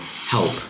help